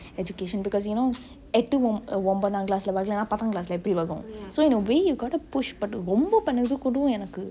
education because know எட்டு ஒம்போந்தா:ettu ombonthaa class ல வர்லனா பாத்தா:le varlenaa patthaa class ல எப்படி வரு:le eppadi varu so in way you got to push but ரொம்ப பன்ரதுகூட எனக்கு:rombe panrathu koode enaku